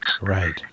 Right